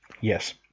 Yes